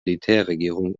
militärregierung